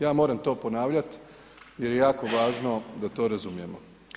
Ja moram to ponavljat jer je jako važno da to razumijemo.